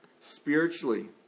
spiritually